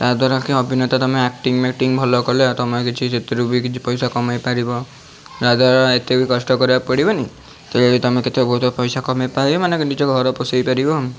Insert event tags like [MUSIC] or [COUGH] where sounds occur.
ତାହା ଦ୍ୱାରା କି ଅଭିନେତା ତମେ ଆକ୍ଟିଙ୍ଗ୍ ମାକଟିଙ୍ଗ୍ ଭଲ କଲେ ଆଉ ତମେ କିଛି ସେଥିରୁ ବି କିଛି ପଇସା କମାଇ ପାରିବ ଏହା ଦ୍ୱାରା ଏତେବି କଷ୍ଟ କରିବାକୁ ପଡ଼ିବନି [UNINTELLIGIBLE] ତମେ କେତେ ବହୁତ ପଇସା କମାଇ ପାରିବ ନା ନିଜ ଘର ପୋଷେଇ ପାରିବ